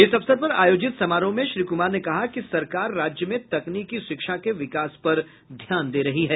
इस अवसर पर आयोजित समारोह में श्री कुमार ने कहा कि सरकार राज्य में तकनीकी शिक्षा के विकास पर ध्यान दे रही है